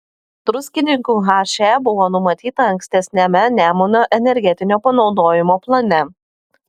druskininkų he buvo numatyta ankstesniame nemuno energetinio panaudojimo plane